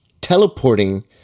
teleporting